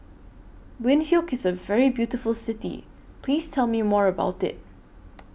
Windhoek IS A very beautiful City Please Tell Me More about IT